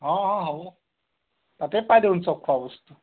অঁ অঁ হ'ব তাতে পাই দেখোন চব খোৱা বস্তু